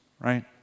right